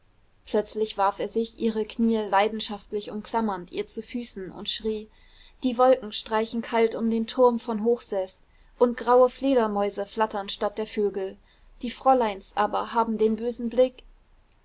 plötzlich warf er sich ihre knie leidenschaftlich umklammernd ihr zu füßen und schrie die wolken streichen kalt um den turm von hochseß und graue fledermäuse flattern statt der vögel die fräuleins aber haben den bösen blick